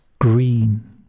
green